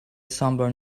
somewhere